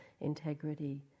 integrity